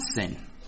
sin